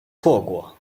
错过